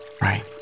right